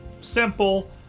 simple